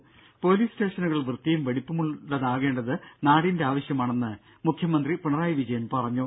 രും പൊലീസ് സ്റ്റേഷനുകൾ വൃത്തിയും വെടിപ്പുമുളളതാകേണ്ടത് നാടിന്റെ ആവശ്യമാണെന്ന് മുഖ്യമന്ത്രി പിണറായി വിജയൻ പറഞ്ഞു